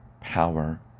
power